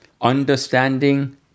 understanding